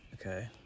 Okay